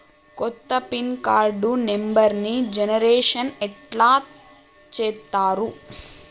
కొత్త pin card నెంబర్ని generation ఎట్లా చేత్తరు?